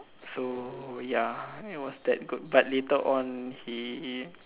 so ya it was that good but later on he